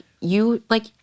you—like—